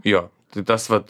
jo tai tas vat